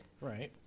Right